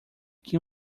que